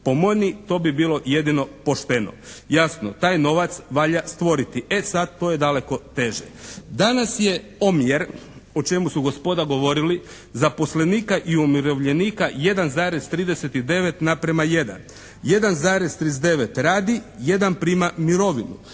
Po meni to bi bilo jedino pošteno. Jasno, taj novac valja stvoriti, e sad to je daleko teže. Danas je omjer, o čemu su gospoda govorili zaposlenika i umirovljenika 1,39 naprema 1. 1,39 radi, 1 prima mirovinu,